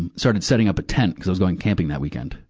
and started setting up a tent, cuz i was going camping that weekend.